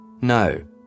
No